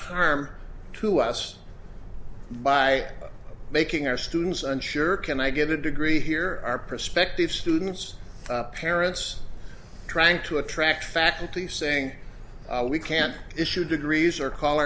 harm to us by making our students unsure can i get a degree here are prospective students parents trying to attract faculty saying we can't issue degrees or call